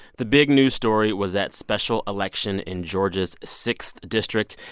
the big news story was that special election in georgia's sixth district.